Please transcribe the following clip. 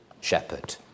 shepherd